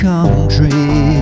Country